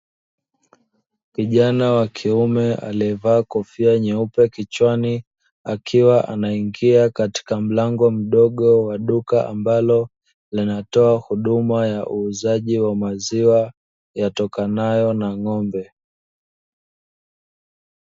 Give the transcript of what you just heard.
Kijana wa kiume aliyevaa kofia nyeupe kichwani, akiwa anaingia katika mlango mdogo wa duka ambalo linatoa huduma ya uuzaji wa maziwa yatokanayo na ng’ombe.